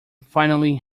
finally